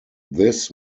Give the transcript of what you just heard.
this